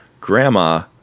Grandma